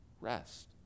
Rest